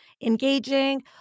engaging